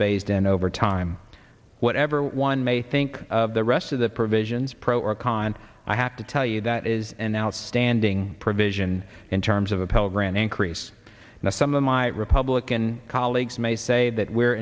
phased in over time whatever one may think of the rest of the provisions pro or con i have to tell you that is an outstanding provision in terms of a pell grant increase now some of my republican colleagues may say that we're